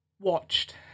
watched